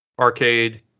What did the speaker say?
arcade